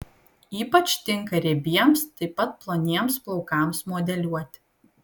ypač tinka riebiems taip pat ploniems plaukams modeliuoti